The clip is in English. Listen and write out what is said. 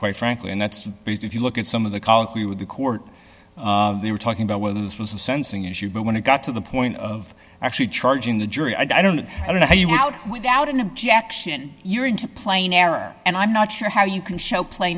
quite frankly and that's because if you look at some of the colloquy with the court they were talking about whether this was a sensing issue but when it got to the point of actually charging the jury i don't know i don't know how you out without an objection you're into plain error and i'm not sure how you can show pla